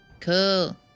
Cool